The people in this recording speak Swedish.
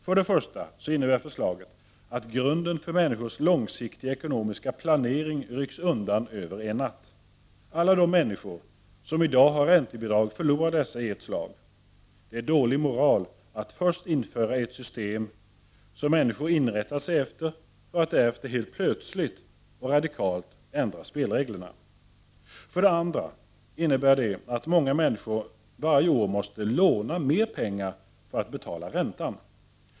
För det första innebär förslaget att grunden för människors långsiktiga ekonomiska planering rycks undan över en natt. Alla de människor som i dag har räntebidrag förlorar dessa i ett slag. Det är dålig moral att först införa ett system som människor inrättat sig efter för att därefter helt plötsligt och radikalt ändra spelreglerna. För det andra innebär det att många människor varje år måste låna mer pengar för att betala räntan.